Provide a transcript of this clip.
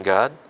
God